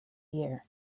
year